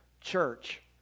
church